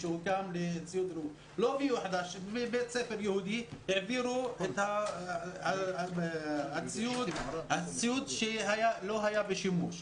לא הביאו ציוד חדש אלא מבית ספר יהודי העבירו את הציוד שלא היה בשימוש.